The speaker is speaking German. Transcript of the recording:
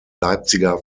leipziger